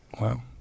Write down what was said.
Wow